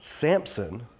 Samson